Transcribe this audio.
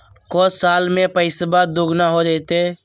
को साल में पैसबा दुगना हो जयते?